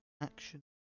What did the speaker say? action